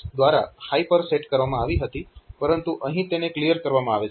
6 દ્વારા હાય પર સેટ કરવામાં આવી હતી પરંતુ અહીં તેને ક્લિયર કરવામાં આવે છે